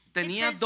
tenía